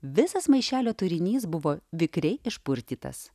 visas maišelio turinys buvo vikriai išpurtytas